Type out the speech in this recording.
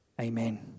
Amen